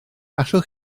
allwch